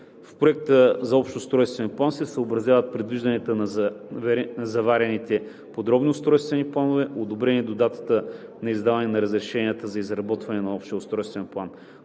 в Проекта за общ устройствен план се съобразяват предвижданията на заварените подробни устройствени планове, одобрени до датата на издаването на разрешенията за изработване на общия устройствен план.